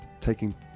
taking